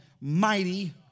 mighty